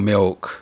Milk